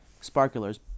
sparklers